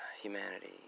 humanity